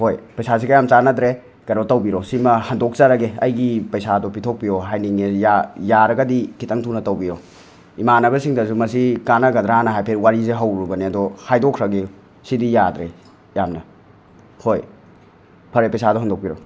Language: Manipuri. ꯍꯣꯏ ꯄꯩꯁꯥꯁꯤꯒ ꯌꯥꯝ ꯆꯥꯟꯅꯗ꯭ꯔꯦ ꯀꯩꯅꯣ ꯇꯧꯕꯤꯔꯣ ꯁꯤꯃ ꯍꯟꯗꯣꯛꯆꯔꯒꯦ ꯑꯩꯒꯤ ꯄꯩꯁꯥꯗꯣ ꯄꯤꯊꯣꯛꯄꯤꯌꯣ ꯍꯥꯏꯅꯤꯡꯉꯦ ꯌꯥꯔꯒꯗꯤ ꯈꯤꯇꯪ ꯊꯨꯅ ꯇꯧꯕꯤꯌꯣ ꯏꯃꯥꯟꯅꯕꯁꯤꯡꯗꯁꯨ ꯃꯁꯤ ꯀꯥꯟꯅꯒꯗ꯭ꯔꯅ ꯍꯥꯏꯐꯦꯠ ꯋꯥꯔꯤꯁꯤ ꯍꯧꯔꯨꯕꯅꯤ ꯑꯗꯣ ꯍꯥꯏꯗꯣꯛꯈ꯭ꯔꯒꯦ ꯁꯤꯗꯤ ꯌꯥꯗ꯭ꯔꯦ ꯌꯥꯝꯅ ꯍꯣꯏ ꯐꯔꯦ ꯄꯩꯁꯥꯗꯣ ꯍꯟꯗꯣꯛꯄꯤꯔꯣ